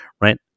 right